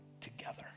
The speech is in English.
together